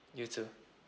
you too